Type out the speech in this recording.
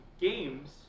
games